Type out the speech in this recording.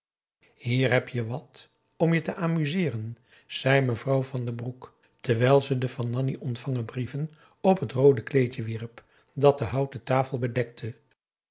hier heb je wat om je te amuseeren zei mevrouw van den broek terwijl ze de van nanni ontvangen brieven op het roode kleedje wierp dat de houten tafel bedekte